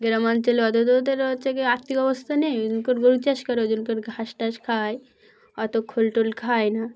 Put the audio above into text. গ্রামাঞ্চলে অত তো ওদের হচ্ছে কি আর্থিক অবস্থা নেই ওই জন্য করে গরু চাষ করে ওই জন্য করে ঘাস টাস খায় অত খোল টোল খায় না